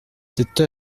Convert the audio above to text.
cette